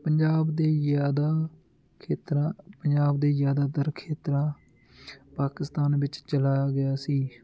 ਪੰਜਾਬ ਦੀ ਜ਼ਿਆਦਾ ਖੇਤਰਾਂ ਪੰਜਾਬ ਦੀ ਜ਼ਿਆਦਾਤਰ ਖੇਤਰਾਂ ਪਾਕਿਸਤਾਨ ਵਿੱਚ ਚਲਾਇਆ ਗਿਆ ਸੀ